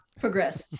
progressed